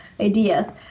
ideas